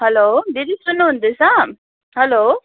हलो दिदी सुन्नुहुँदैछ हलो